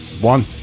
One